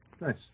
nice